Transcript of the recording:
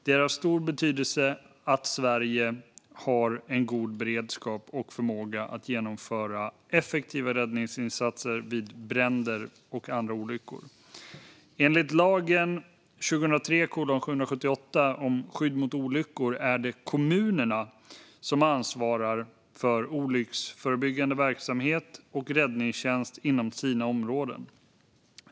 Det är av stor betydelse att Sverige har en god beredskap och förmåga att genomföra effektiva räddningsinsatser vid bränder och andra olyckor. Enligt lagen om skydd mot olyckor är det kommunerna som ansvarar för olycksförebyggande verksamhet och räddningstjänst inom sina områden.